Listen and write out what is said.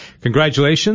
Congratulations